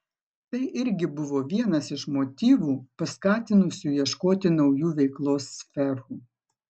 tai irgi buvo vienas iš motyvų paskatinusių ieškoti naujų veiklos sferų